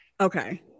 Okay